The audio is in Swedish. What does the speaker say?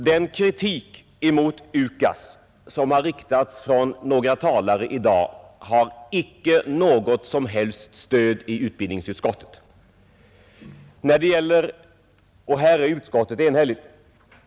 Den kritik mot UKAS som har riktats från några talare i dag har icke något som helst stöd i utbildningsutskottet — och här är utskottet enhälligt.